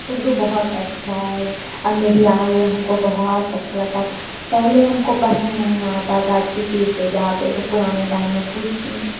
اردو بہت اچھا ہے اب میڈیا آ گیا ہم کو بہت اچھا لگتا تھا پہلے ہم کو پڑھنے نہیں آتا تھا کسی سے جاتے تھے پرانے ٹائم میں پوچھ